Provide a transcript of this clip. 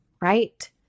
right